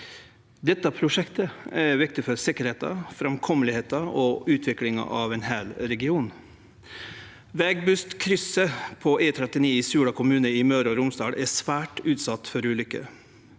Dette prosjektet er viktig for sikkerheita, framkomelegheita og utviklinga av ein heil region. Veibustkrysset på E39 i Suldal kommune i Møre og Romsdal er svært utsett for ulykker.